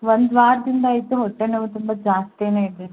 ಒಂದು ವಾರದಿಂದ ಇತ್ತು ಹೊಟ್ಟೆನೋವು ತುಂಬ ಜಾಸ್ತಿ ಇದೆ